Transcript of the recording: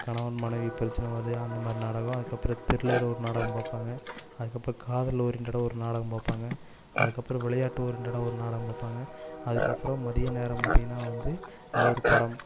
கணவன் மனைவி பிரச்சனை வரது அந்த மாதிரி நாடகம் அதற்கப்பறம் திரில்லராக ஒரு நாடகம் பார்ப்பாங்க அதற்கப்பறம் காதல் ஓரியண்ட்டேடாக ஒரு நாடகம் பார்ப்பாங்க அதற்கப்பறம் விளையாட்டு ஓரியண்ட்டேடாக ஒரு நாடகம் பார்ப்பாங்க அதற்கப்பறம் மதிய நேரம் பார்த்தீங்கன்னா வந்து எதோ ஒரு படம்